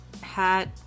hat